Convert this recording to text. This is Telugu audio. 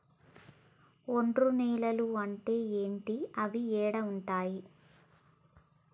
ఒండ్రు నేలలు అంటే ఏంటి? అవి ఏడ ఉంటాయి?